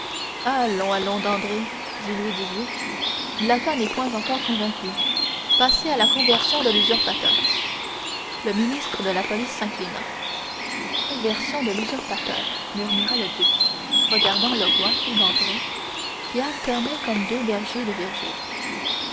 allons allons dandré dit louis xviii blacas n'est point encore convaincu passez à la conversion de l'usurpateur le ministre de la police s'inclina conversion de l'usurpateur murmura le duc regardant le roi et dandré qui alternaient comme deux bergers de virgile